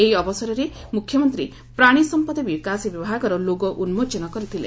ଏହି ଅବସରରେ ମୁଖ୍ୟମନ୍ତୀ ପ୍ରାଣୀସମ୍ମଦ ବିକାଶ ବିଭାଗର ଲୋଗୋ ଉନ୍ମୋଚନ କରିଥିଲେ